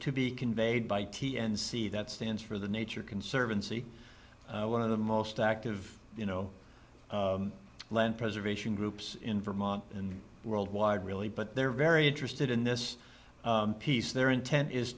to be conveyed by t n c that stands for the nature conservancy one of the most active you know land preservation groups in vermont and worldwide really but they're very interested in this piece their intent is